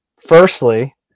Firstly